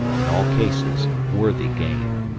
in all cases worthy game.